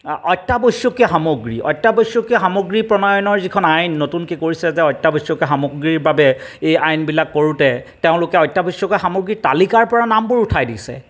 অত্যাৱশ্যকীয় সামগ্ৰী অত্যাৱশ্যকীয় সামগ্ৰী প্ৰণয়নৰ যিখন আইন নতুনকৈ কৰিছে যে অত্যাৱশ্যকীয় সামগ্ৰীৰ বাবে এই আইনবিলাক কৰোঁতে তেওঁলোকে অত্যাৱশ্যকীয় সামগ্ৰীৰ তালিকাৰ পৰা নামবোৰ উঠাই দিছে